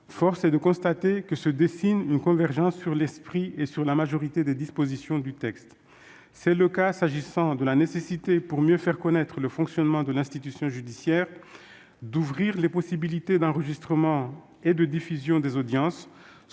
force est de constater qu'une convergence se dessine sur l'esprit de ce texte et sur la majorité de ses dispositions. C'est le cas s'agissant de la nécessité, pour mieux faire connaître le fonctionnement de l'institution judiciaire, d'ouvrir les possibilités d'enregistrement et de diffusion des audiences,